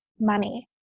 money